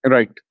Right